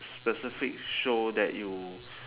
specific show that you